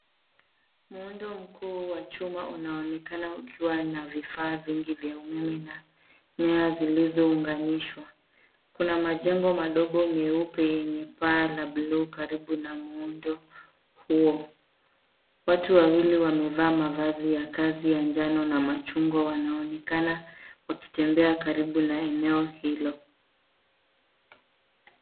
Muundo mkuu wa chuma unaonekana ukiwa na vifaa vingi vya umeme na nyaya zilizounganishwa. Kuna majengo madogo meupe yenye paa la buluu karibu na muundo huo. Watu wawili wamevaa mavazi ya kazi ya njano na machungwa wanaonekana wakitembea karibu na eneo hilo.